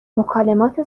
مکالمات